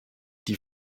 die